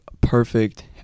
perfect